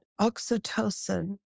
oxytocin